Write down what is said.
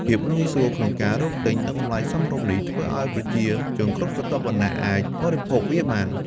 ភាពងាយស្រួលក្នុងការរកទិញ និងតម្លៃសមរម្យនេះ ធ្វើឲ្យប្រជាជនគ្រប់ស្រទាប់វណ្ណៈអាចបរិភោគវាបាន។